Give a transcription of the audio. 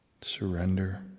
Surrender